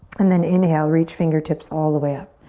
and then inhale, reach fingertips all the way up.